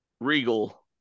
Regal